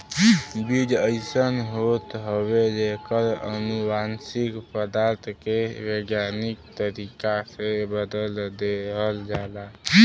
बीज अइसन होत हउवे जेकर अनुवांशिक पदार्थ के वैज्ञानिक तरीका से बदल देहल जाला